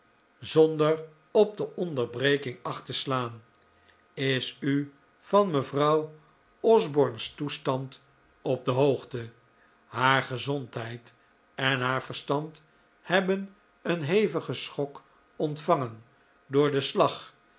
zonder op de onderbreking acht te slaan is u van mevrouw osborne's toestand op de hoogte haar gezondheid en haar verstand hebben een hevigen schok ontvangen door den slag